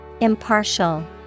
Impartial